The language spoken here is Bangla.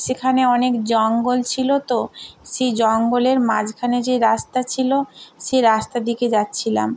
সেখানে অনেক জঙ্গল ছিল তো সেই জঙ্গলের মাঝখানে যে রাস্তা ছিল সেই রাস্তার দিকে যাচ্ছিলাম